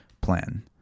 plan